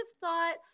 thought